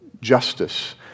justice